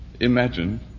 Imagine